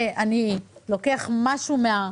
ואני לוקחת משהו,